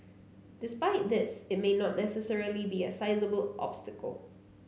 despite this it may not necessarily be a sizeable obstacle